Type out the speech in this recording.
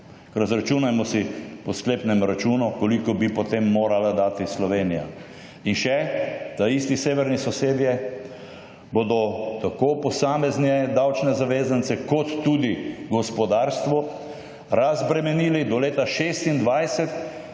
izračunajmo si po sklepnem računu koliko bi potem morala dati Slovenija. In še, taisti severni sosednje bodo tako posamezne davčne zavezance, kot tudi gospodarstvo razbremenili do leta 2026